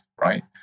right